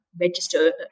register